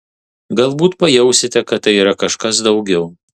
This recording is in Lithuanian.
galbūt pajausite kad tai yra kažkas daugiau